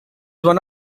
one